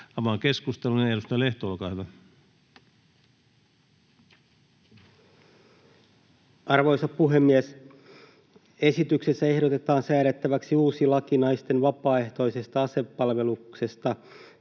asepalveluksesta Time: 17:55 Content: Arvoisa puhemies! Esityksessä ehdotetaan säädettäväksi uusi laki naisten vapaaehtoisesta asepalveluksesta,